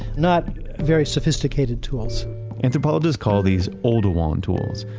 not very sophisticated tools anthropologists call these oldowan tools,